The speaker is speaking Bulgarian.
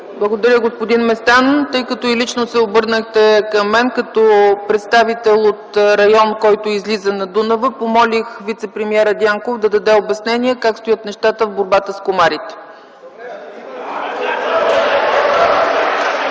Благодаря, господин Местан. Тъй като и лично се обърнахте към мен като представил от район, който излиза на Дунава, помолих вицепремиера Дянков - да даде обяснение как стоят нещата в борбата с комарите.